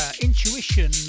Intuition